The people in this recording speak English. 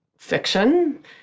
Fiction